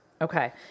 Okay